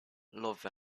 love